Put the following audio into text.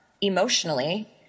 emotionally